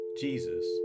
Jesus